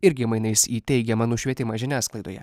irgi mainais į teigiamą nušvietimą žiniasklaidoje